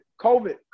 COVID